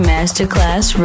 Masterclass